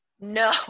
No